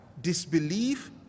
Disbelief